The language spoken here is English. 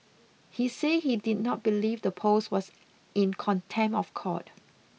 he said he did not believe the post was in contempt of court